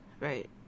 Right